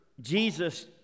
Jesus